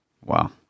Wow